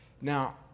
Now